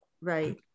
right